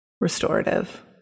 restorative